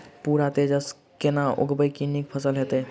पूसा तेजस केना उगैबे की नीक फसल हेतइ?